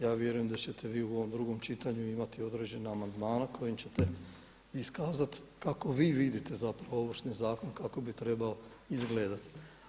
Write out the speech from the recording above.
Ja vjerujem da ćete vi u ovom drugom čitanju imati određene amandmane kojim ćete iskazati kako vi vidite Ovršni zakon kako bi trebao izgledati.